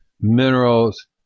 minerals